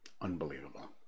Unbelievable